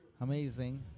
Amazing